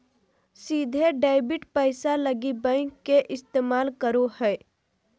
सीधे डेबिट पैसा लगी बैंक के इस्तमाल करो हइ